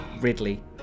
Ridley